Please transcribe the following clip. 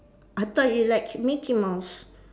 I thought you like mickey mouse